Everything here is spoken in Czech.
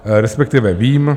Respektive vím.